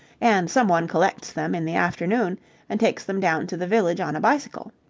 and someone collects them in the afternoon and takes them down to the village on a bicycle.